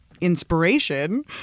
inspiration